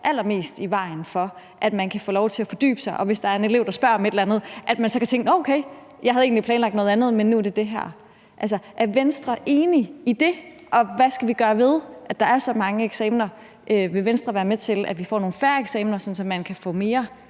allermest i vejen for, at man kan få lov til at fordybe sig og tænke, hvis der er en elev, der spørger om et eller andet: Okay, jeg havde egentlig planlagt noget andet, men nu er det det her, vi gør. Er Venstre enig i det, og hvad skal vi gøre ved, at der er så mange eksamener? Vil Venstre være med til at sørge for, at vi får nogle færre eksamener, sådan at man kan få mere